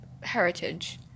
heritage